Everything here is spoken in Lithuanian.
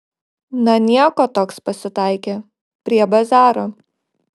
na nieko toks pasitaikė prie bazaro